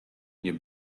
nie